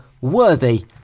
worthy